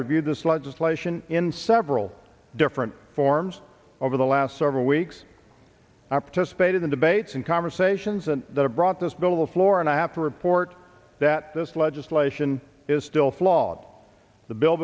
reviewed this legislation in several different forms over the last several weeks i participated in debates and conversations and brought this bill to the floor and i have to report that this legislation is still flawed the bill